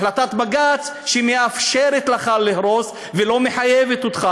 החלטת בג"ץ שמאפשרת לך להרוס ולא מחייבת אותך,